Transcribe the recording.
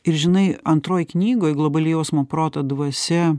ir žinai antroj knygoj globali jausmo proto dvasia